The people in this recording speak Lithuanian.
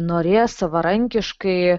norės savarankiškai